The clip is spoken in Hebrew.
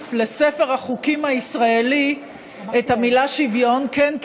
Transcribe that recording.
לספר החוקים הישראלי את המילה "שוויון" כן,